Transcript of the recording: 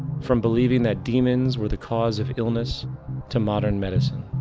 from believing that demons were the cause of illness to modern medicine.